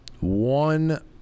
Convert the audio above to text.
One